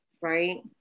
right